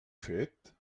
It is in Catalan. fet